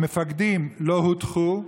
המפקדים לא הודחו,